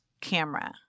camera